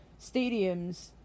stadiums